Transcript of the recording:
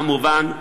כמובן,